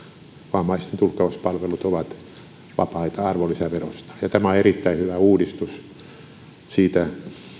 vammaisten tulkkauspalvelut ovat vapaita arvonlisäverosta tämä on erittäin hyvä uudistus siitä